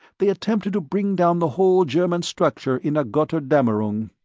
they attempted to bring down the whole german structure in a gotterdammerung.